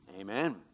amen